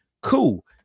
Cool